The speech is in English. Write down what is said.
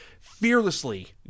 fearlessly